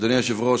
אדוני היושב-ראש,